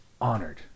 honored